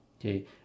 Okay